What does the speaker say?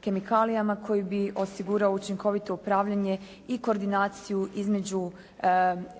kemikalijama koji bi osigurao učinkovito upravljanje i koordinaciju između